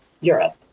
Europe